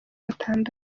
batandatu